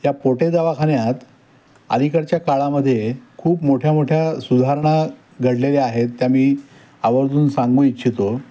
या पोटे दवाखान्यात अलीकडच्या काळामध्ये खूप मोठ्या मोठ्या सुधारणा घडलेल्या आहेत त्या मी आवर्जून सांगू इच्छितो